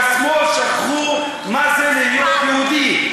שבשמאל שכחו מה זה להיות יהודי.